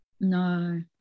no